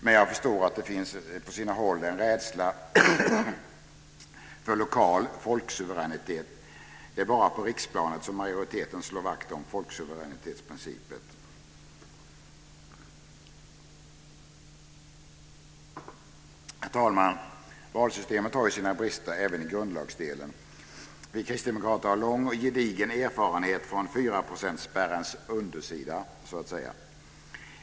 Men jag förstår att det på sina håll finns en rädsla för lokal folksuveränitet - det är bara på riksplanet som majoriteten slår vakt om folksuveränitetsprincipen. Herr talman! Valsystemet har ju sina brister, även i grundlagsdelen. Vi kristdemokrater har lång och gedigen erfarenhet från fyraprocentsspärrens undersida så att säga.